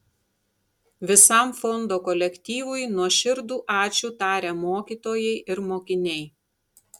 visam fondo kolektyvui nuoširdų ačiū taria mokytojai ir mokiniai